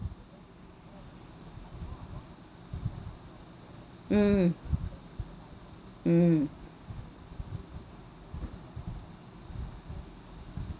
mm mm